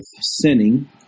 sinning